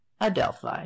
Adelphi